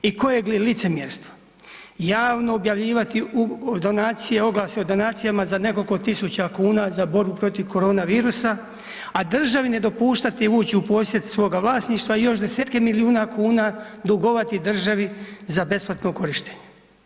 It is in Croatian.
I kojeg li licemjerstva, javno objavljivati donacije, oglasi o donacijama za nekoliko tisuća kuna za borbu protiv koronavirusa, a državi ne dopuštati ući u posjed svoga vlasništva i još desetke milijuna kuna dugovati državi za besplatno korištenje.